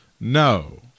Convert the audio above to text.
no